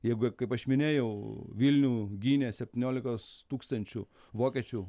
jeigu kaip aš minėjau vilnių gynė septyniolikos tūkstančių vokiečių